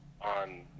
on